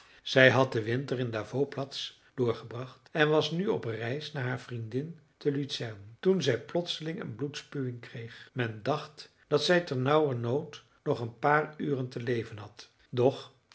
zij had den winter in davos platz doorgebracht en was nu op reis naar haar vriendin te lucern toen zij plotseling een bloedspuwing kreeg men dacht dat zij ternauwernood nog een paar uren te leven had doch